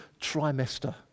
trimester